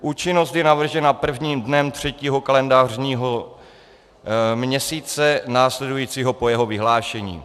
Účinnost je navržena prvním dnem třetího kalendářního měsíce následujícího po jeho vyhlášení.